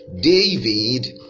David